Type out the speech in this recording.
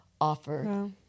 offer